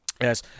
Yes